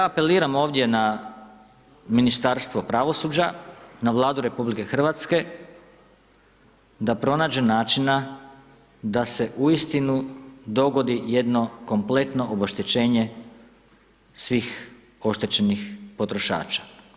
Pa ja apeliram ovdje na Ministarstvo pravosuđa, na Vladu RH, da pronađe načina da se uistinu dogodi jedno kompletno obeštećenje svih oštećenih potrošača.